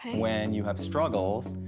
when you have struggles,